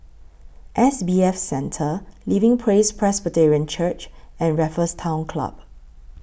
S B F Center Living Praise Presbyterian Church and Raffles Town Club